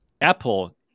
Apple